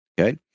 Okay